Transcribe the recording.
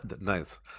nice